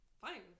fine